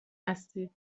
هستید